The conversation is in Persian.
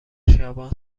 خیابان